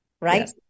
Right